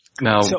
Now